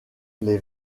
les